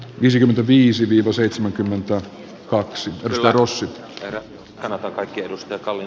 viisikymmentäviisi pilkku seitsemänkymmentä kaksi larus canada kaikki ennustetaan